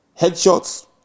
Headshots